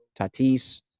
Tatis